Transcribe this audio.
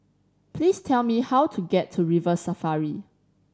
please tell me how to get to River Safari